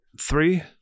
three